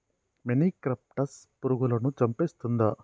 మొనిక్రప్టస్ పురుగులను చంపేస్తుందా?